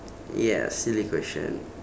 ya silly question